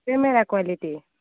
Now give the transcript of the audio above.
camera quality